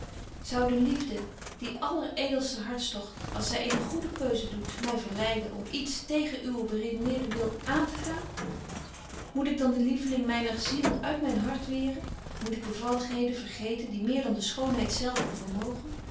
zou de liefde die alleredelste hartstocht als zy eene goede keuze doet my verleiden om iets tegen uwen beredeneerden wil aantegaan moet ik dan de lieveling myner ziel uit myn hart weeren moet ik bevalligheden vergeten die meer dan de schoonheid zelve vermogen